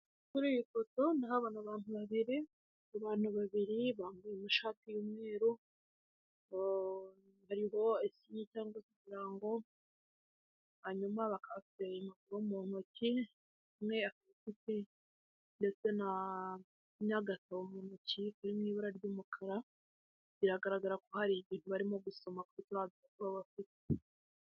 Kuri iyi foto ndahabona abantu babiri, abantu babiri bambaye amashati y'umweru hariho esigne cyangwa se ikirango hanyuma bakaba bafite impapuro mu ntoki umwe yagapfutse ndetse n'agatabo mu ntoki kari mu ibara ry'umukara, biragaragara ko hari ibintu barimo gusoma kuri rwa rupapuro bafite.